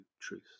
truth